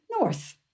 North